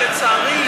לצערי,